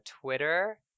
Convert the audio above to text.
twitter